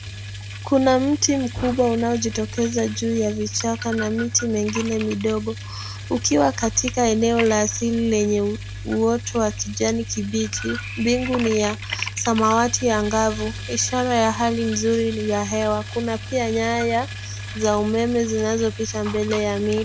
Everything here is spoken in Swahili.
Kuna mti mkubwa unaojitokeza juu ya vichaka na miti mengine midogo ukiwa katika eneo la asili lenye uoto wa kijani kibichi. Bingu ni ya samawati angavu ishara ya hali mzuri ya hewa. Kuna pia nyaya za umeme zinazopita mbele ya miti.